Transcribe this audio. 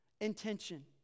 Intention